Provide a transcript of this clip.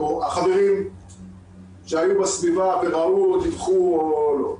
לחברים שהיו בסביבה וראו או דיווחו או לא.